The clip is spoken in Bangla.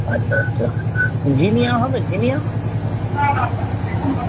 আচ্ছা আচ্ছা জিনিয়া হবে জিনিয়া